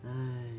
!hais!